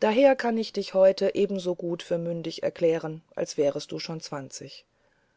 daher kann ich dich heute ebensogut für mündig erklären als wärest du schon zwanzig